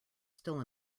still